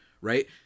right